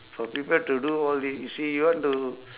for people to do all the~ you see you want to